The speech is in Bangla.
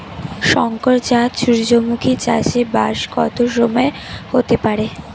শংকর জাত সূর্যমুখী চাসে ব্যাস কত সময় হতে পারে?